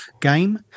game